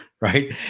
Right